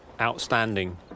outstanding